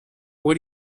what